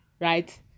right